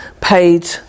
paid